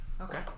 Okay